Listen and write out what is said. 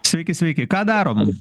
sveiki sveiki ką darom